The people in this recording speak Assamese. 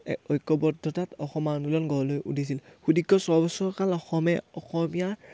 ঐক্যবদ্ধতাত অসমৰ আন্দোলন গঢ় লৈ উঠিছিল সুদীৰ্ঘ ছবছৰ কাল অসমে অসমীয়াৰ